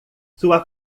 sua